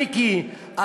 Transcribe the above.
מיקי,